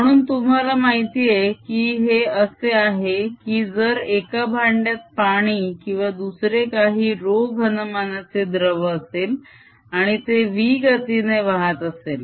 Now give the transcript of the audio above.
म्हणून तुम्हाला माहितेय की हे असे आहे की जर एका भांड्यात पाणी किंवा दुसरे काही ρ घनमानाचे द्रव असेल आणि ते v गतीने वाहत असेल